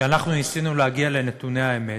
כשאנחנו ניסינו להגיע לנתוני האמת,